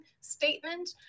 statement